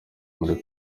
muri